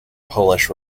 polish